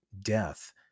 death